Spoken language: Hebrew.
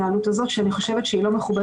הוא ענה שהדברים האלה אינם נכונים, שיש לו נתונים.